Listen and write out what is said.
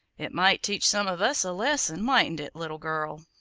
it might teach some of us a lesson, mightn't it, little girl?